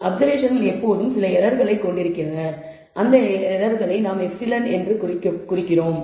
அப்சர்வேஷன்கள் எப்போதும் சில எரர்களைக் கொண்டிருக்கின்றன மேலும் அந்த எரர் εi என குறிக்கப்படுகிறது